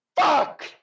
Fuck